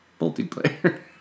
multiplayer